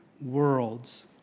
worlds